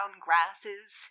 grasses